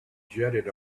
jetted